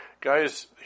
guys